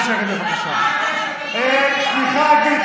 נא לשבת בבקשה, שניכם.